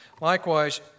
Likewise